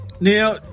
Now